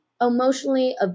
emotionally